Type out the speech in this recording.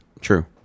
True